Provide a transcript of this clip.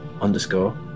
underscore